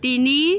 তিনি